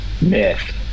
Myth